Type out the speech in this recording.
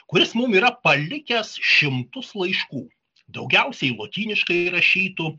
kuris mum yra palikęs šimtus laiškų daugiausiai lotyniškai rašytų